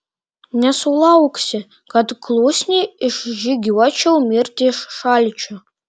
nesulauksi kad klusniai išžygiuočiau mirti iš šalčio